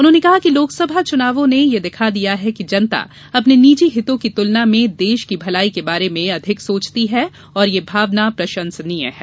उन्होंने कहा कि लोकसभा चुनावों ने यह दिखा दिया है कि जनता अपने निजी हितों की तुलना में देश की भलाई के बारे में अधिक सोचती है और यह भावना प्रशंसनीय है